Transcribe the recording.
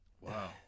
wow